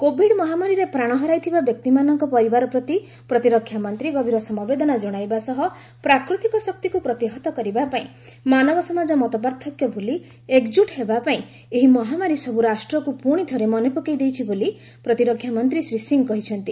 Covid ମହାମାରୀରେ ପ୍ରାଣ ହରାଇଥିବା ବ୍ୟକ୍ତିମାନଙ୍କ ପରିବାର ପ୍ରତି ପ୍ରତିରକ୍ଷାମନ୍ତ୍ରୀ ଗଭୀର ସମବେଦନା ଜଣାଇବା ସହ ପ୍ରାକୃତିକ ଶକ୍ତିକୁ ପ୍ରତିହତ କରିବା ପାଇଁ ମାନବ ସମାଜ ମତପାର୍ଥକ୍ୟ ଭୁଲି ଏକଜୁଟ ହେବା ପାଇଁ ଏହି ମହାମାରୀ ସବୁ ରାଷ୍ଟ୍ରକୁ ପୁଣି ଥରେ ମନେପକେଇ ଦେଇଛି ବୋଲି ପ୍ରତିରକ୍ଷାମନ୍ତ୍ରୀ ଶ୍ରୀ ସିଂ କହିଛନ୍ତି